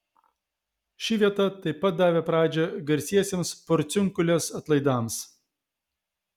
ši vieta tai pat davė pradžią garsiesiems porciunkulės atlaidams